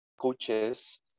coaches